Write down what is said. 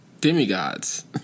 demigods